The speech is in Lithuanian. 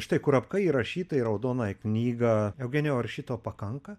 štai kurapka įrašyta į raudonąją knygą eugenijau ar šito pakanka